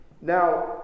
Now